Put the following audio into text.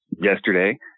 yesterday